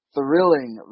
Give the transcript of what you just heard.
Thrilling